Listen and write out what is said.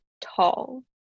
tall